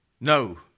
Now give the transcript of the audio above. no